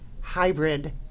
hybrid